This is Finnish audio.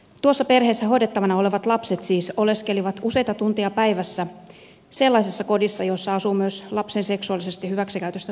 tuossa perheessä hoidettavana olevat lapset siis oleskelivat useita tunteja päivässä sellaisessa kodissa jossa asuu myös lapsen seksuaalisesti hyväksikäytöstä tuomittu henkilö